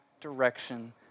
direction